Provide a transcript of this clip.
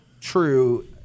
true